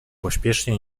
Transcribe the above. pośpiesznie